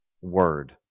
Word